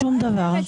שום דבר.